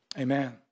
Amen